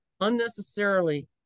unnecessarily